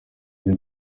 rwo